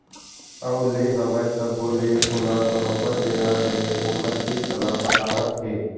अउ ले हवय तभो ले ओला बरोबर बेरा ले ओखर किस्त ल पटावत हे